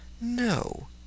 No